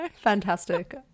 fantastic